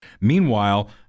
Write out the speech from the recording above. Meanwhile